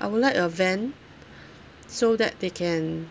I would like a van so that they can